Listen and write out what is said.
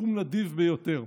סכום נדיב ביותר.